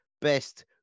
best